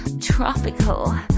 Tropical